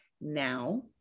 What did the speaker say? now